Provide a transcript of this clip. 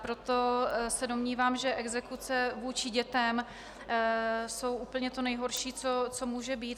Proto se domnívám, že exekuce vůči dětem jsou úplně to nejhorší, co může být.